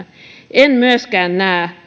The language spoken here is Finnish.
en myöskään näe